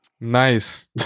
Nice